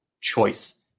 choice